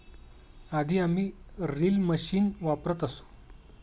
आधी आम्ही reel machine वापरत असू